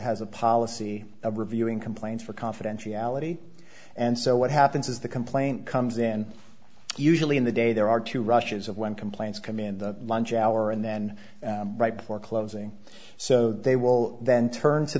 has a policy of reviewing complaints for confidentiality and so what happens is the complaint comes in usually in the day there are two rushes of one complaints come in the lunch hour and then right before closing so they will then turn to